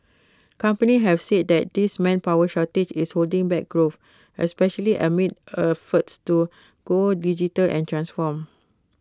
companies have said that this manpower shortage is holding back growth especially amid efforts to go digital and transform